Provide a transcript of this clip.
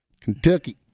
Kentucky